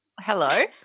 Hello